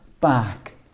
back